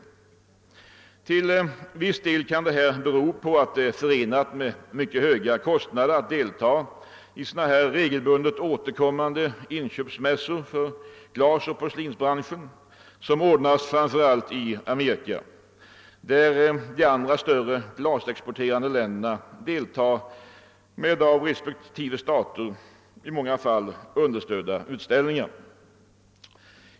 Till viss del kan detta bero på att det är förenat med mycket höga kostnader att delta i de regelbundet återkommande inköpsmässor för glas och porslin, som framför allt ordnas i USA, där de andra större glasexporterande länderna i många fall deltar med av respektive stater understödda utställningar.